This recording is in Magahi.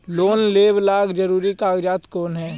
लोन लेब ला जरूरी कागजात कोन है?